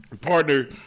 partner